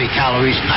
calories